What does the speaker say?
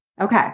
Okay